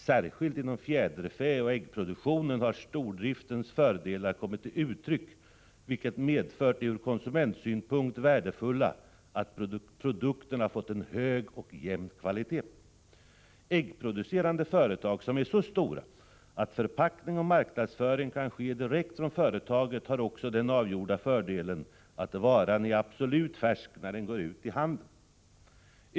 Särskilt inom fjäderfäoch äggproduktionen har stordriftens fördelar kommit till uttryck, vilket medför det ur konsumentsynpunkt värdefulla att produkterna fått en hög och jämn kvalitet. Äggproducerande företag som är så stora att förpackning och marknadsföring kan ske direkt från företaget har också den avgjorda fördelen att varan är absolut färsk när den går ut i handeln.